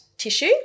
Tissue